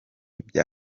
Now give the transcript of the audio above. bya